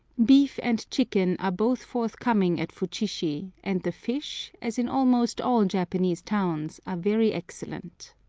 beef and chicken are both forthcoming at futshishi, and the fish, as in almost all japanese towns, are very excellent.